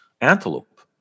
antelope